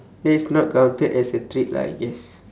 that is not counted as a treat lah I guess